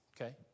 Okay